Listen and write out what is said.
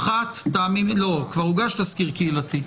כבר הוגש תסקיר קהילתי.